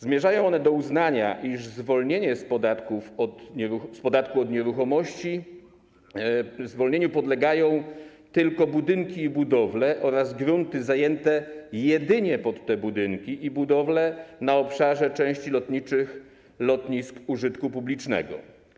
Zmierzają one do uznania, iż zwolnieniu z podatku od nieruchomości podlegają tylko budynki i budowle oraz grunty zajęte jedynie pod te budynki i budowle na obszarze części lotniczych lotnisk użytku publicznego.